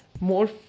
more